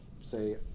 say